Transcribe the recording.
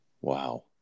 wow